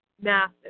massive